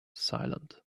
silent